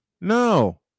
No